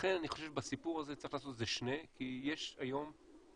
לכן אני חושב שבסיפור הזה צריך לעשות כי יש היום דרישה,